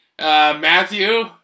Matthew